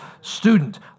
student